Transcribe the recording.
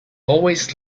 always